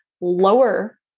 lower